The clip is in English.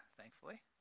thankfully